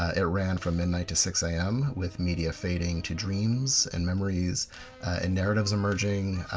ah it ran from midnight to six am with media fading to dreams and memories and narratives emerging,